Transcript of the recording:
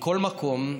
מכל מקום,